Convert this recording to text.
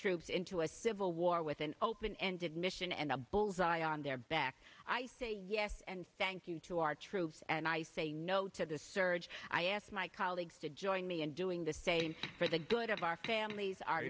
troops into a civil war with an open ended mission and a bull's eye on their back i say yes and thank you to our troops and i say no to the surge i asked my colleagues to join me in doing this for the good of our families